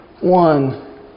one